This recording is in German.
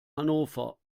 hannover